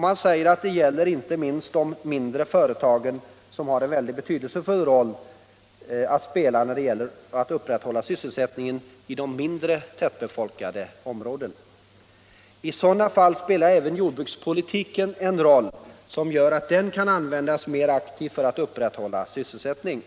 Man säger att detta är viktigt inte minst för de mindre företagen, som har en mycket betydelsefull roll att spela när det gäller att upprätthålla sysselsättningen i mindre tättbefolkade områden. I sådana fall kan även jordbrukspolitiken användas mer aktivt för att upprätthålla sysselsättningen.